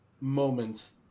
moments